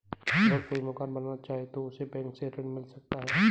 अगर कोई मकान बनाना चाहे तो उसे बैंक से ऋण मिल सकता है?